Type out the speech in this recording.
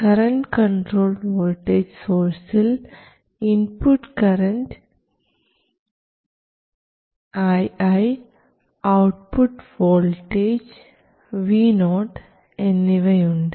current controlled voltage സോഴ്സിൽ input current ii output voltage vo എന്നിവയുണ്ട്